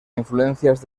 influencias